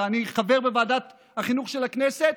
ואני חבר בוועדת החינוך של הכנסת,